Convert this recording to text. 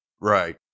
Right